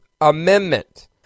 Amendment